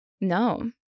No